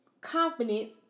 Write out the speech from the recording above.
confidence